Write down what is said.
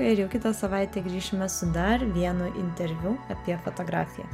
ir jau kitą savaitę grįšime su dar vienu interviu apie fotografiją